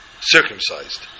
circumcised